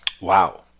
Wow